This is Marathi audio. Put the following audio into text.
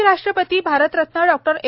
माजी राष्ट्रपती भारतरत्न डॉ ए